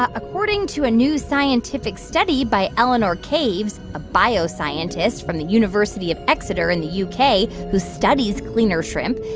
ah according to a new scientific study by eleanor caves, a bioscientist from the university of exeter in the u k. who studies cleaner shrimp,